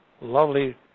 Lovely